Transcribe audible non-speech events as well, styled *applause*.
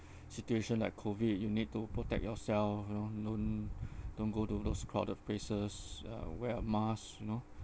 situation like COVID you need to protect yourself you know don't *breath* don't go to those crowded places uh wear a mask you know